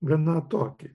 gana atokiai